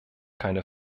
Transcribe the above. keine